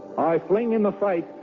i fling in the face